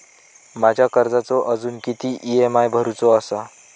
माझ्या कर्जाचो अजून किती ई.एम.आय भरूचो असा?